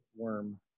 worm